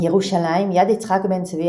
ירושלים יד יצחק בן-צבי,